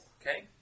Okay